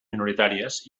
minoritàries